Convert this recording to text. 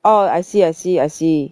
oh I see I see I see